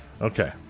Okay